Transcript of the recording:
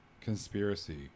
conspiracy